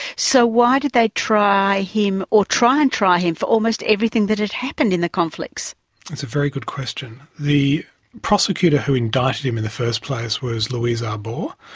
so why did they try him, or try and try him for almost everything that had happened in the conflicts? that's a very good question. the prosecutor who indicted him in the first place was louise arbour,